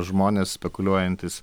žmonės spekuliuojantys